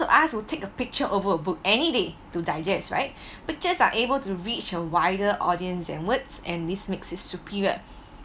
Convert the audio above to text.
us will take a picture over a book any day to digest right pictures are able to reach a wider audience and words and this makes it superior